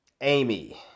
Amy